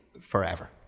forever